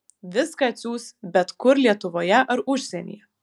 viską atsiųs bet kur lietuvoje ar užsienyje